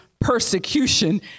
persecution